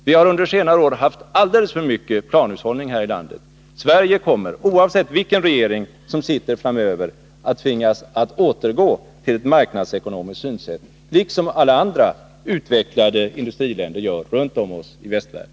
Vi har under senare år haft alldeles för mycket planhushållning här i landet. Sverige kommer, oavsett vilken regering som sitter framöver, att tvingas återgå till ett marknadsekonomiskt synsätt, på samma sätt som andra utvecklade industriländer gör det runt om oss i västvärlden.